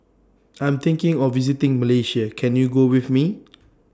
I Am thinking of visiting Malaysia Can YOU Go with Me